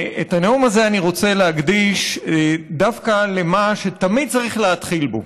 את הנאום הזה אני רוצה להקדיש דווקא למה שתמיד צריך להתחיל בו,